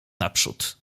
naprzód